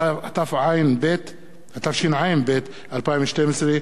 התשע"ב 2012,